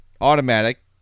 Automatic